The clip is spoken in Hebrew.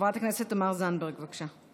חברת הכנסת תמר זנדברג, בבקשה.